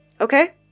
okay